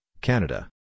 Canada